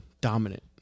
dominant